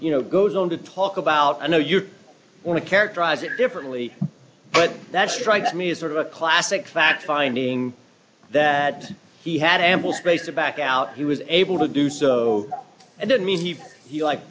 you know goes on to talk about i know you want to characterize it differently but that strikes me as sort of a classic fact finding that he had ample space to back out he was able to do so and that means if you like